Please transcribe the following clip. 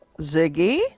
ziggy